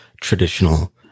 traditional